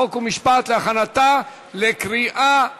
חוק ומשפט להכנתה לקריאה ראשונה.